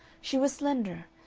she was slender,